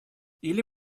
или